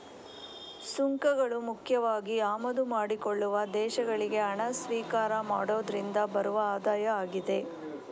ಸುಂಕಗಳು ಮುಖ್ಯವಾಗಿ ಆಮದು ಮಾಡಿಕೊಳ್ಳುವ ದೇಶಗಳಿಗೆ ಹಣ ಸ್ವೀಕಾರ ಮಾಡುದ್ರಿಂದ ಬರುವ ಆದಾಯ ಆಗಿದೆ